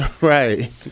Right